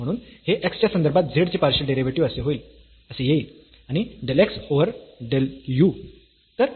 म्हणून हे x च्या संदर्भात z चे पार्शियल डेरिव्हेटिव्ह असे येईल आणि del x over del u